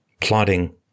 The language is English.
Plotting